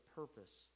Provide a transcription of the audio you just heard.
purpose